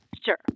Sure